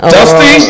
Dusty